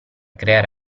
creare